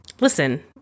listen